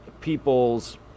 peoples